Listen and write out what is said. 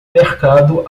mercado